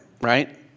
right